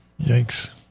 Yikes